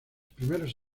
primeros